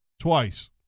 twice